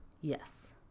Yes